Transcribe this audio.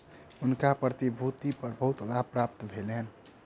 हुनका प्रतिभूति पर बहुत लाभ प्राप्त भेलैन